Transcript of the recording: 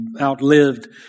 outlived